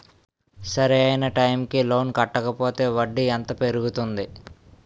సరి అయినా టైం కి లోన్ కట్టకపోతే వడ్డీ ఎంత పెరుగుతుంది?